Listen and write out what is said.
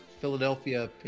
Philadelphia